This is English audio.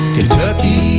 Kentucky